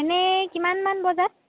এনেই কিমানমান বজাত